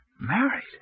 Married